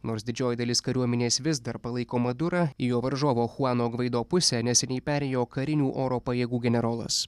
nors didžioji dalis kariuomenės vis dar palaiko madurą į jo varžovo chuano gvaido pusę neseniai perėjo karinių oro pajėgų generolas